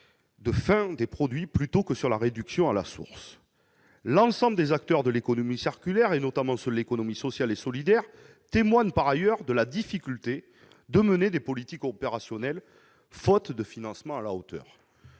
de vie des produits plutôt que sur leur réduction à la source. L'ensemble des acteurs de l'économie circulaire, notamment de l'économie sociale et solidaire, témoigne par ailleurs de la difficulté de mener des politiques opérationnelles, faute de financements à la hauteur.